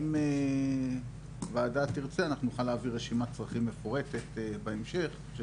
אם הוועדה תרצה אנחנו נוכל להעביר רשימת צרכים מפורטת בהמשך של